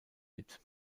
mit